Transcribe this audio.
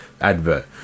advert